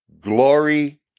Glory